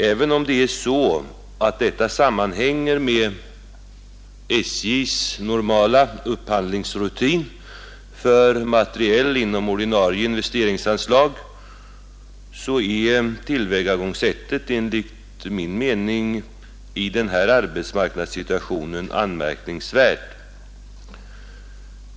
Även om detta sammanhänger med SJ:s normala upphandlingsrutin för materiel inom ordinarie investeringsanslag är tillvägagångssättet enligt min mening anmärkningsvärt i den rådande arbetsmarknadssituationen.